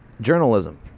journalism